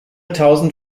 tausend